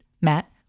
Matt